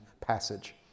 passage